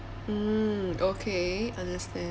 mm okay understand